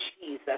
Jesus